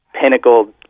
pinnacle